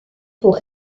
pour